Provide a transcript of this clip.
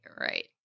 right